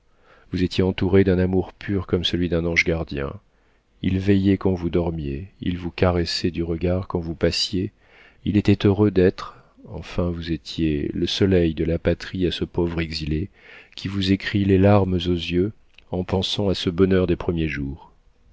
vous étiez entourée d'un amour pur comme celui d'un ange gardien il veillait quand vous dormiez il vous caressait du regard quand vous passiez il était heureux d'être enfin vous étiez le soleil de la patrie à ce pauvre exilé qui vous écrit les larmes aux yeux en pensant à ce bonheur des premiers jours